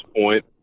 point